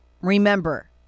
Remember